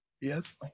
Yes